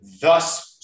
thus